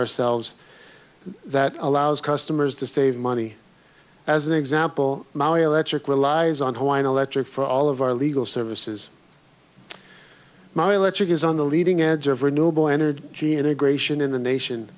ourselves that allows customers to save money as an example my electric relies on hawaiian electric for all of our legal services my electric is on the leading edge of renewable energy integration in the nation